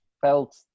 felt